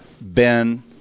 ben